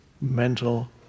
mental